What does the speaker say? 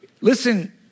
Listen